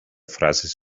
frases